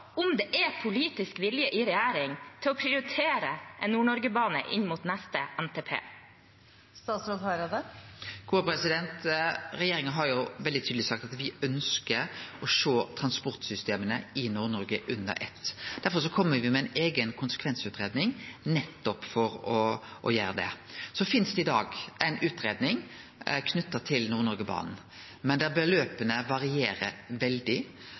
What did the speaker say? om det er politisk vilje i regjeringen til å prioritere en Nord-Norge-bane inn mot neste NTP. Regjeringa har veldig tydeleg sagt at me ønskjer å sjå transportsystema i Nord-Noreg under eitt. Derfor kjem me med ei eiga konsekvensutgreiing for å gjere nettopp det. Det finst i dag ei utgreiing knytt til Nord-Noreg-banen, men der beløpa varierer veldig.